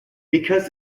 because